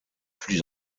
plus